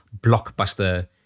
blockbuster